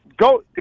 Go